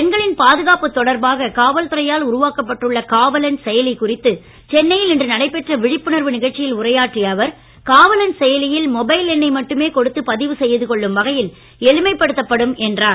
பெண்களின் பாதுகாப்பு தொடர்பாக காவல்துறையால் உருவாக்கப்பட்டு உள்ள காவலன் செயலி குறித்து சென்னையில் இன்று நடைபெற்ற விழிப்புணர்வு நிகழ்ச்சியில் உரையாற்றிய அவர் காவலன் செயலியில் மொபைல் எண்ணை மட்டுமே கொடுத்து பதிவு செய்து கொள்ளும் வகையில் எளிமைப்படுத்தப்படும் என்றார்